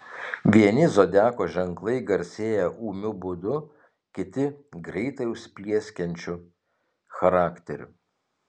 vieni zodiako ženklai garsėja ūmiu būdu kiti greitai užsiplieskiančiu charakteriu